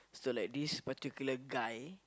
so like this particular guy